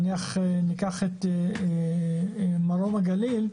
נניח ניקח את מרום הגליל,